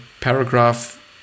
paragraph